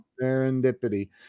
Serendipity